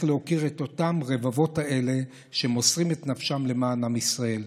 להוקיר את הרבבות האלה שמוסרים את נפשם למען עם ישראל.